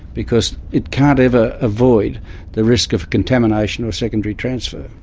because it can't ever avoid the risk of contamination or secondary transfer.